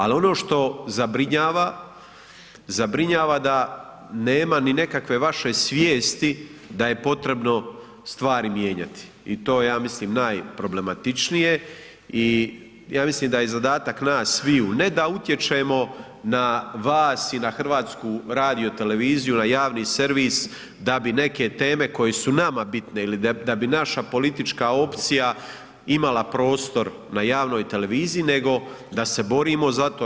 Ali ono što zabrinjava, zabrinjava da nema ni nekakve vaše svijesti da je potrebno stvari mijenjati i to je ja mislim najproblematičnije i ja mislim da je zadatak nas sviju ne da utječemo na vas i na HRT na javni servis da bi neke teme koje su nama bitne ili da bi naša politička opcija imala prostor na javnoj televiziji nego da se borimo za to.